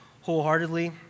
wholeheartedly